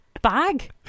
Bag